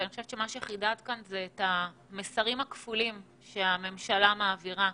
אני חושבת שחידדת כאן את המסרים הכפולים שהממשלה מעבירה: